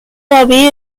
david